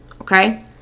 Okay